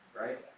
Right